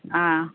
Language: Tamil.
ஆ